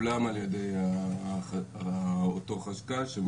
כולם על-ידי אותו חשכ"ל.